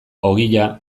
ogia